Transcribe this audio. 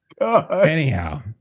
Anyhow